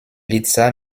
liza